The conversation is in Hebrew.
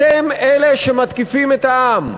אתם אלה שמתקיפים את העם,